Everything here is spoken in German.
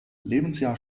lebensjahr